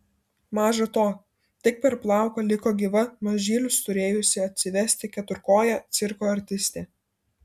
maža to tik per plauką liko gyva mažylius turėjusi atsivesti keturkojė cirko artistė